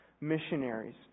missionaries